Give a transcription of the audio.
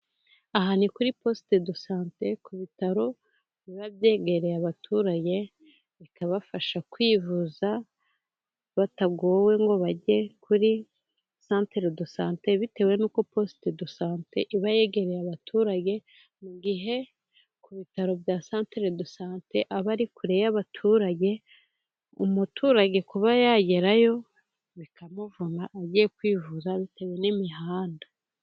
Aha ni kuri posite desante, ku bitaro biba byegereye abaturage bikabafasha kwivuza batagowe ngo bajye kuri santere de sante bitewe n'uko posite desante iba yegereye abaturage mu gihe ku bitaro bya santere desante aba ari kure y'abaturage, Umuturage kuba yagerayo bikamuvuna agiye kwivuza bitewe n'imihanda.